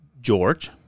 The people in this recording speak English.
George